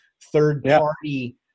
Third-party